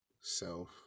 self